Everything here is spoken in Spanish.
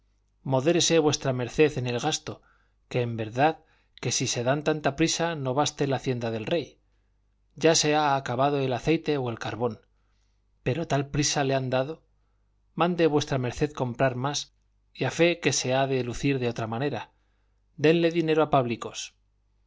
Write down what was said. modérese v md en el gasto que en verdad que si se dan tanta prisa no baste la hacienda del rey ya se ha acabado el aceite o el carbón pero tal prisa le han dado mande v md comprar más y a fe que se ha de lucir de otra manera denle dineros a pablicos